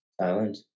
Silent